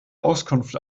auskunft